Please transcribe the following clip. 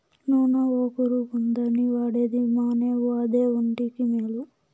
నూన ఒగరుగుందని వాడేది మానేవు అదే ఒంటికి మేలు